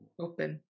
open